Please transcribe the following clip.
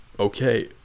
okay